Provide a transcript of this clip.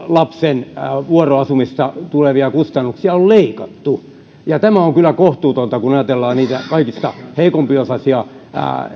lapsen vuoroasumisesta tulevia kustannuksia on leikattu ja tämä on kyllä kohtuutonta kun ajatellaan niitä kaikista heikko osaisimpia